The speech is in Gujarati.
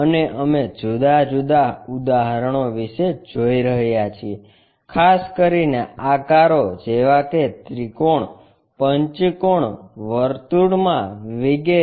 અને અમે જુદા જુદા ઉદાહરણો વિશે જોઈ રહ્યા છીએ ખાસ કરીને આકારો જેવા કે ત્રિકોણ પંચકોણ વર્તુળમાં વિગેરે